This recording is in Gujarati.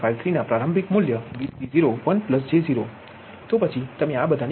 6153 ના પ્રારંભિક મૂલ્ય V30 1j0 તો પછી તમે આ બધાની ગણતરી કરો